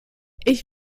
ich